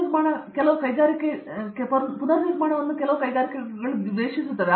ಅರಂದಾಮ ಸಿಂಗ್ ಆದ್ದರಿಂದ ಈ ಪುನರ್ನಿರ್ಮಾಣವು ಕೆಲವು ಕೈಗಾರಿಕೆಗಳಲ್ಲಿ ದ್ವೇಷಿಸುತ್ತದೆ